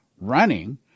running